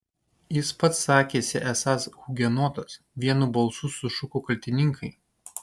jis pats sakėsi esąs hugenotas vienu balsu sušuko kaltininkai